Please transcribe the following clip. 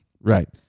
Right